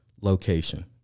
location